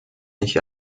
nicht